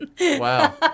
Wow